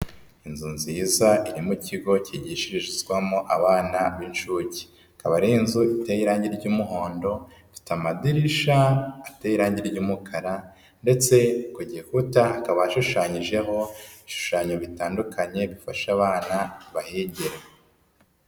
Inzu nziza iri mu kigo higishizwamo abana b'inshuke, akaba ari inzu iteye irangi ry'umuhondo ifite amadirisha ateye irangi ry'umukara ndetse ku gikuta hakaba hashushanyijeho ibishushanyo bitandukanye bifasha abana bahigira.